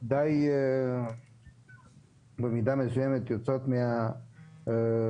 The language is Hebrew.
די במידה מסויימת יוצאות מהמשחק,